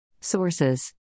Sources